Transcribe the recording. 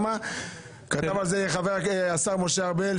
כתב על זה השר משה ארבל,